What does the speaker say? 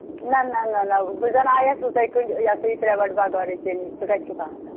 نہَ نہَ نہَ نہَ بہٕ زَنہٕ آیَس ہُتھٕے کٔنٮ۪تھ یہِ ہَسا یہِ پرٛیویٹ بغٲرٕے ژےٚ نِش ژٕ کَتہِ چھُکھ آسان